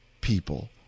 people